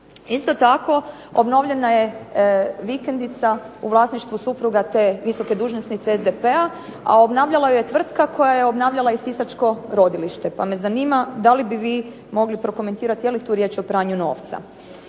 Isto tako, obnovljena je vikendica u vlasništvu supruga te visoke dužnosnice SDP-a, a obnavljala ju je tvrtka koja je obnavljala i sisačko rodilište, pa me zanima da li bi vi mogli prokomentirati je li tu riječ o pranju novca.